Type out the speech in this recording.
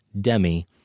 Demi